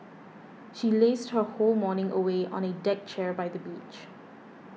she lazed her whole morning away on a deck chair by the beach